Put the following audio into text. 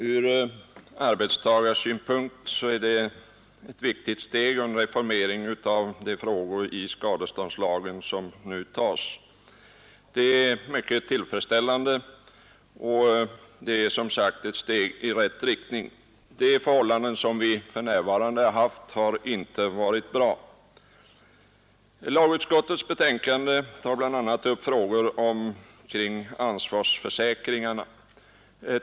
Herr talman! Från arbetstagarsynpunkt är det ett viktigt steg för en reformering av skadeståndslagen som nu tas. Det är mycket tillfredsställande och ett steg i rätt riktning. De förhållanden som vi hittills har haft har inte varit bra. Lagutskottets betänkande tar bl.a. upp frågan om ansvarsförsäkringarna.